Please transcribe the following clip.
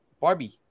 Barbie